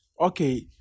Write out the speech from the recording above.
Okay